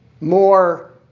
more